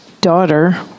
daughter